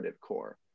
core